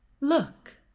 Look